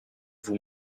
vous